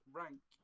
rank